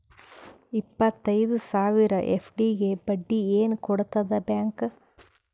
ಇಪ್ಪತ್ತೈದು ಸಾವಿರ ಎಫ್.ಡಿ ಗೆ ಬಡ್ಡಿ ಏನ ಕೊಡತದ ಬ್ಯಾಂಕ್?